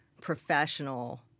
professional